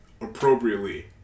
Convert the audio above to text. appropriately